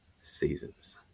seasons